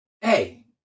hey